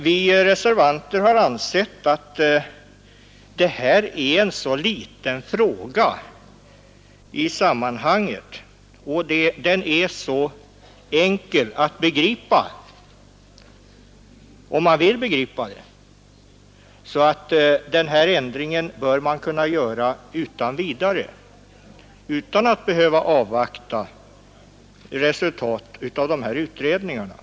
Vi reservanter har emellertid ansett att detta är en så liten fråga och så enkel att begripa — om man vill begripa den — att den föreslagna ändringen bör kunna göras utan vidare — man behöver inte avvakta resultatet av de nämnda utredningarna.